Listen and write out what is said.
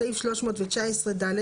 בסעיף 319(ד),